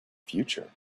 future